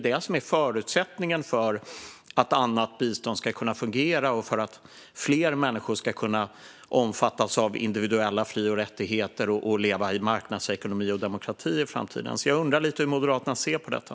Det är förutsättningen för att annat bistånd ska kunna fungera och fler människor ska kunna omfattas av individuella fri och rättigheter och leva i marknadsekonomi och demokrati i framtiden. Jag undrar lite hur Moderaterna ser på detta.